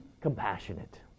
compassionate